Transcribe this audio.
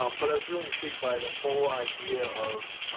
um but i've really intrigued by the whole idea of